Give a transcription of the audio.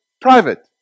private